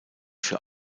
für